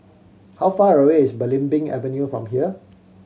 how far away is Belimbing Avenue from here